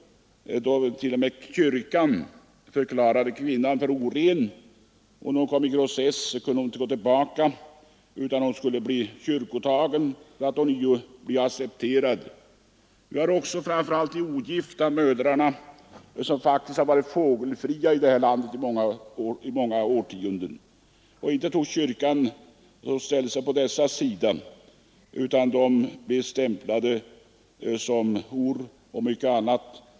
Kyrkan förklarade kvinnan för oren efter grossessen. Hon måste kyrktas för att ånyo bli accepterad. De ogifta mödrarna har under många årtionden faktiskt varit fågelfria i detta land. Kyrkan ställde sig inte på deras sida utan de blev stämplade såsom horor och mycket annat.